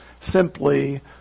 simply